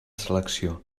selecció